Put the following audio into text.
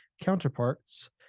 counterparts